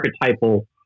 archetypal